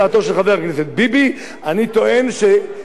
אני טוען שגם על 60,000 המסתננים,